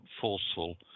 forceful